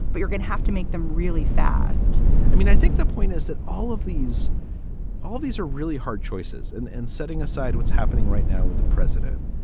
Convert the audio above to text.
but you're gonna have to make them really fast i mean, i think the point is that all of these all these are really hard choices. and and setting aside what's happening right now with the president,